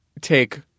take